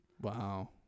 wow